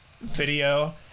video